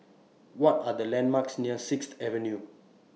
What Are The landmarks near Sixth Avenue